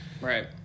Right